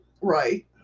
Right